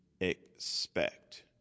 expect